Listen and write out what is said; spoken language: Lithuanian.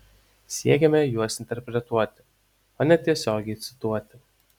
siekiame juos interpretuoti o ne tiesiogiai cituoti